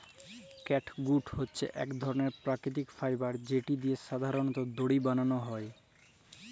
catgut হছে ইক ধরলের পাকিতিক ফাইবার যেট দিঁয়ে সাধারলত দড়ি বালাল হ্যয়